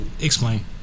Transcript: Explain